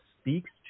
speaks